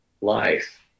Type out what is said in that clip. life